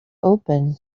open